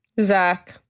Zach